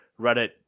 Reddit